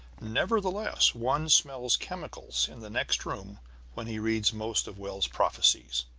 nevertheless, one smells chemicals in the next room when he reads most of wells' prophecies.